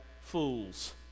fools